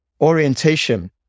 orientation